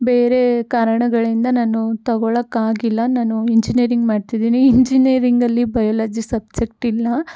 ಬೇರೆ ಕಾರಣಗಳಿಂದ ನಾನು ತಗೊಳ್ಳಕ್ ಆಗಿಲ್ಲ ನಾನು ಇಂಜಿನಿಯರಿಂಗ್ ಮಾಡ್ತಿದ್ದೀನಿ ಇಂಜಿನಿಯರಿಂಗಲ್ಲಿ ಬಯಲಜಿ ಸಬ್ಜೆಕ್ಟ್ ಇಲ್ಲ